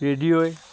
ৰেডিঅ'ই